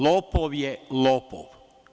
Lopov je lopov.